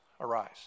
arise